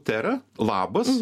tera labas